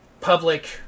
public